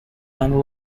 and